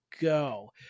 go